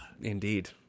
Indeed